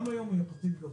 גם היום הוא יחסית גבוה.